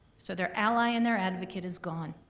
so their ally and their advocate is gone.